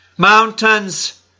Mountains